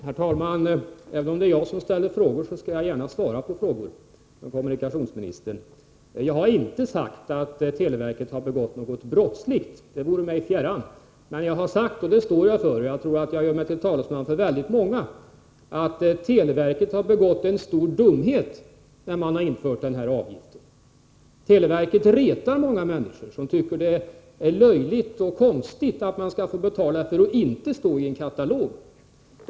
Herr talman! Även om det är jag som ställer frågor så skall jag gärna svara på frågor, herr kommunikationsminister. Jag har inte sagt att televerket har begått något brottsligt — det vore mig fjärran. Men jag har sagt — och jag står för det och tror att jag gör mig till talesman för väldigt många människor — att televerket har begått en stor dumhet när man har infört den här avgiften. Televerket retar många människor, som tycker att det är löjligt och konstigt att man skall få betala för att inte stå i en katalog.